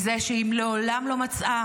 נמאס לנו מזה שהיא מעולם לא מצאה